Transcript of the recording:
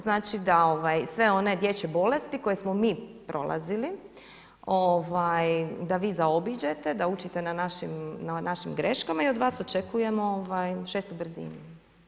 Znači da sve one dječje bolesti koje smo mi prolazili da vi zaobiđete, da učite na našim greškama i od vas očekujemo šestu brzinu.